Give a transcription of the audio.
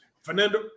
Fernando